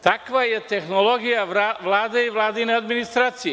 Takva je tehnologija Vlade i vladine administracije.